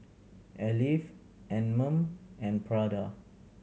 Alive Anmum and Prada